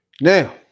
Now